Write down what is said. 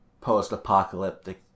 post-apocalyptic